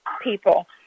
people